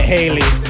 Haley